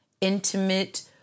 intimate